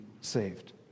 saved